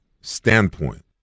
standpoint